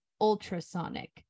ultrasonic